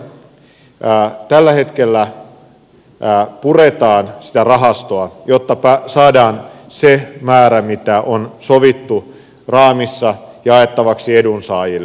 niistä tällä hetkellä puretaan sitä rahastoa jotta saadaan se määrä mitä on sovittu raamissa jaettavaksi edunsaajille